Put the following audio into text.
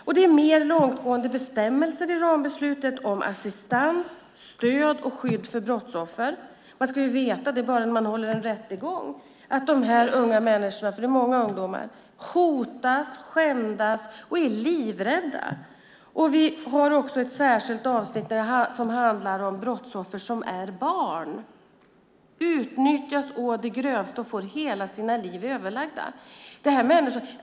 Det är också mer långtgående bestämmelser i rambeslutet om assistans, stöd och skydd för brottsoffer. Man ska veta att dessa unga människor, för det är många ungdomar, om det hålls en rättegång hotas, skändas och är livrädda. Vi har även ett särskilt avsnitt som handlar om brottsoffer som är barn och som utnyttjas å det grövsta och får hela sina liv ödelagda.